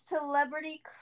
celebrity